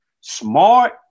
smart